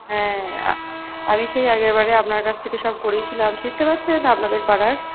হ্যাঁ আমি সেই আগেরবারে আপনার কাছ থেকে সব করিয়েছিলাম চিনতে পারছেন আপনাদের পাড়ার